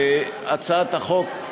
הצעת החוק הזאת,